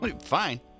Fine